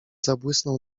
zabłysnął